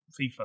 FIFA